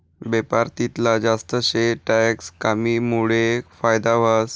बेपार तितला जास्त शे टैक्स कमीमुडे फायदा व्हस